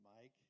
Mike